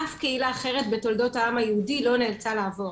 אף קהילה אחרת בתולדות העם היהודי לא נאלצה לעבור.